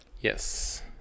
Yes